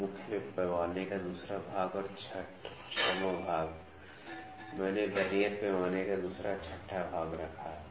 तो मुख्य पैमाने का दूसरा भाग और 6वां भाग I मैँने वर्नियर पैमाने का दूसरा छठा भाग रखा